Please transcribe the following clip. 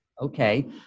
Okay